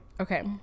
okay